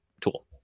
tool